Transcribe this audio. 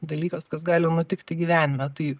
dalykas kas gali nutikti gyvenime tai